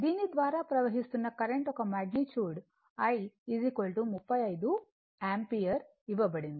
దీని ద్వారా ప్రవహిస్తున్న కరెంట్ యొక్క మాగ్నిట్యూడ్ I 35 యాంపియర్ ఇవ్వబడింది